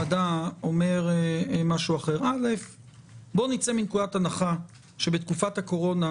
בוא נצא מנקודת הנחה שבתקופת הקורונה,